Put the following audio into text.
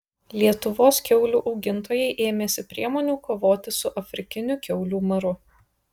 lietuvos kiaulių augintojai ėmėsi priemonių kovoti su afrikiniu kiaulių maru